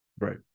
Right